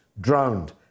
drowned